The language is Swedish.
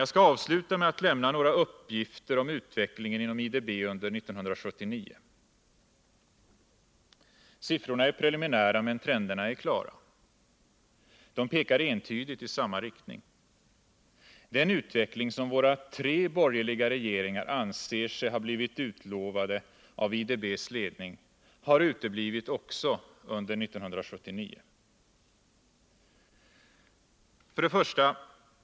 Jag skall avsluta med att lämna några uppgifter om utvecklingen inom IDB inom 1979. Siffrorna är preliminära, men trenderna är klara. De pekar entydigt i samma riktning. Den utveckling som våra tre borgerliga regeringar anser sig ha blivit utlovade av IDB:s ledning har uteblivit också under 1979. 1.